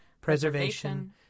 preservation